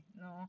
no